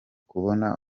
kubona